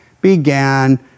began